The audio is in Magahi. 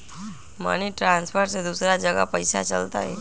मनी ट्रांसफर से दूसरा जगह पईसा चलतई?